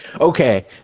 Okay